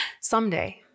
someday